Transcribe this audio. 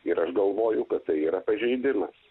ir aš galvoju kad tai yra pažeidimas